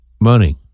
money